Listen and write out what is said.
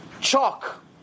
chalk